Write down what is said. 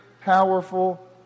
powerful